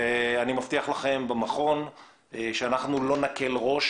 אני מבטיח לכם במכון שאנחנו לא נקל ראש,